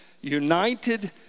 united